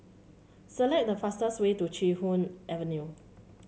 select the fastest way to Chee Hoon Avenue